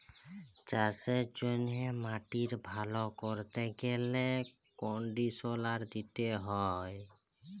চাষের জ্যনহে মাটিক ভাল ক্যরতে গ্যালে কনডিসলার দিতে হয়